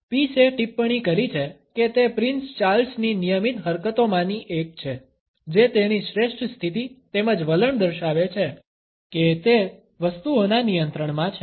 પીસએ ટિપ્પણી કરી છે કે તે પ્રિન્સ ચાર્લ્સની નિયમિત હરકતોમાંની એક છે જે તેની શ્રેષ્ઠ સ્થિતિ તેમજ વલણ દર્શાવે છે કે તે વસ્તુઓના નિયંત્રણમાં છે